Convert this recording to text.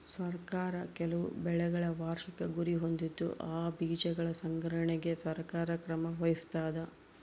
ಸರ್ಕಾರ ಕೆಲವು ಬೆಳೆಗಳ ವಾರ್ಷಿಕ ಗುರಿ ಹೊಂದಿದ್ದು ಆ ಬೀಜಗಳ ಸಂಗ್ರಹಣೆಗೆ ಸರ್ಕಾರ ಕ್ರಮ ವಹಿಸ್ತಾದ